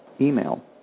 email